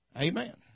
Amen